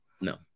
No